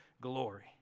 glory